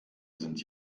sind